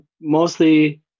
Mostly